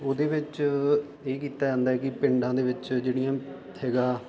ਉਹਦੇ ਵਿੱਚ ਇਹ ਕੀਤਾ ਜਾਂਦਾ ਕਿ ਪਿੰਡਾਂ ਦੇ ਵਿੱਚ ਜਿਹੜੀਆਂ ਹੈਗਾ